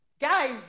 Guys